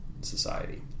society